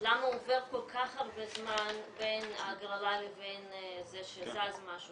למה עובר כל כך הרבה זמן בין ההגרלה לבין זה שזז משהו.